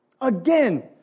Again